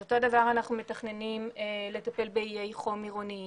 אותו דבר לטפל באיי חום עירוניים,